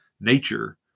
nature